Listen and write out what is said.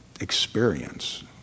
experience